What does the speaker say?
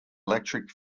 electric